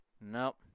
Nope